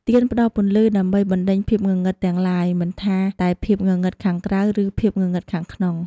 ទៀនផ្តល់ពន្លឺដើម្បី បណ្ដេញភាពងងឹត ទាំងឡាយ មិនថាតែភាពងងឹតខាងក្រៅ ឬភាពងងឹតខាងក្នុង។